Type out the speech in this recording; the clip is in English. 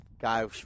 guy